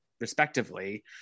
respectively